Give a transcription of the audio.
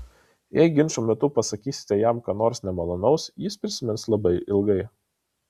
jei ginčo metu pasakysite jam ką nors nemalonaus jis prisimins labai ilgai